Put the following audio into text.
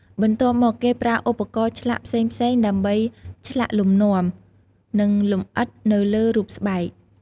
បន្ទាប់មក គេប្រើឧបករណ៍ឆ្លាក់ផ្សេងៗដើម្បីឆ្លាក់លំនាំ និងលម្អិតនៅលើរូបស្បែក។